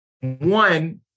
one